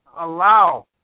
allow